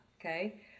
okay